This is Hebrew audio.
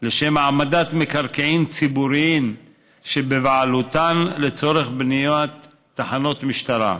לשם העמדת מקרקעין ציבוריים שבבעלותן לצורך בניית תחנות משטרה,